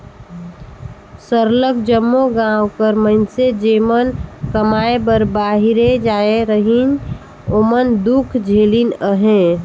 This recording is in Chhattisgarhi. सरलग जम्मो गाँव कर मइनसे जेमन कमाए बर बाहिरे जाए रहिन ओमन दुख झेलिन अहें